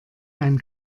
ein